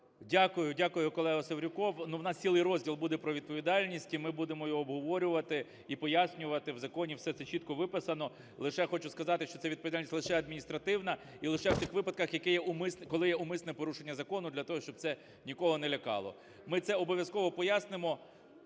Дякую, колего Севрюков. Ну, в нас цілий розділ буде про відповідальність і ми будемо його обговорювати і пояснювати. В законі все це чітко виписано. Лише хочу сказати, що це відповідальність лише адміністративна і лише в тих випадках, коли є умисне порушення закону, для того, щоб це нікого не лякало. Ми це обов'язково пояснимо,